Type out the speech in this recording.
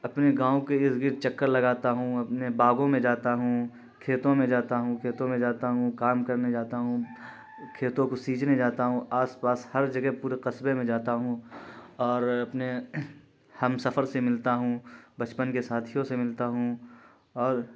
اپنے گاؤں کے اردگرد چکر لگاتا ہوں اپنے باغوں میں جاتا ہوں کھیتوں میں جاتا ہوں کھیتوں میں جاتا ہوں کام کرنے جاتا ہوں کھیتوں کو سیچنے جاتا ہوں آس پاس ہر جگہ پورے قصبے میں جاتا ہوں اور اپنے ہمسفر سے ملتا ہوں بچپن کے ساتھیوں سے ملتا ہوں اور